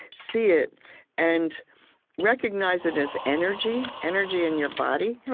see it and recognize it as energy energy in your body.